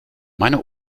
meine